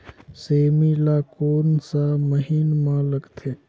सेमी ला कोन सा महीन मां लगथे?